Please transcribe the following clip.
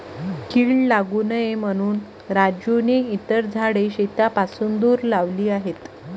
कीड लागू नये म्हणून राजूने इतर झाडे शेतापासून दूर लावली आहेत